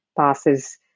passes